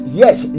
yes